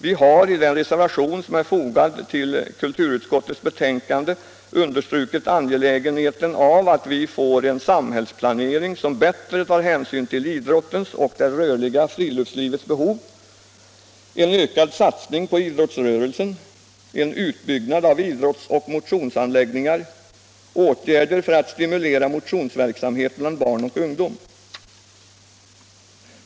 Vi har i den reservation som är fogad vid kulturutskottets betänkande understrukit angelägenheten av att vi får —- en samhällsplanering som bättre tar hänsyn till idrottens och det rörliga friluftslivets behov, —- en ökad satsning på idrottsrörelsen, = en utbyggnad av idrottsoch motionsanläggningar, — åtgärder för att stimulera motionsverksamhet bland barn och ungdom.